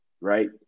right